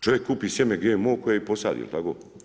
Čovjek kupi sjeme GMO koje je posadio, jel' tako?